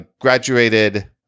graduated